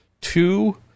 two